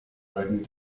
beiden